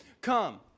come